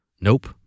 Nope